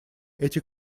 эти